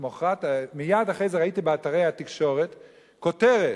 מייד אחרי זה ראיתי באתרי התקשורת כותרת: